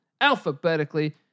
alphabetically